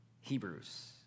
Hebrews